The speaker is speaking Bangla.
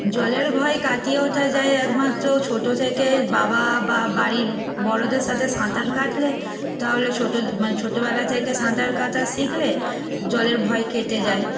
জলের ভয় কাটিয়ে ওঠা যায় একমাত্র ছোটো থেকে বাবা বা বাড়ির বড়দের সাথে সাঁতার কাটলে তাহলে ছোটো মানে ছোটোবেলা থেকে সাঁতার কাটা শিখলে জলের ভয় কেটে যায়